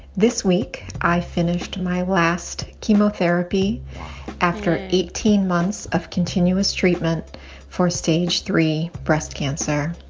this week, i finished my last chemotherapy after eighteen months of continuous treatment for stage three breast cancer.